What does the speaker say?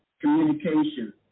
communication